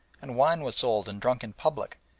and wine was sold and drunk in public,